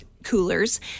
Coolers